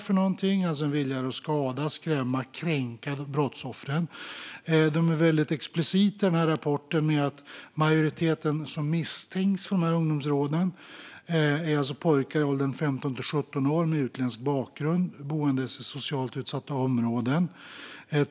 Det handlar om en vilja att skada, skrämma eller kränka brottsoffren. I denna rapport är de väldigt explicita med att majoriteten av dem som misstänks för dessa ungdomsrån är pojkar i åldern 15-17 som har utländsk bakgrund och som bor i socialt utsatta områden.